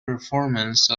performance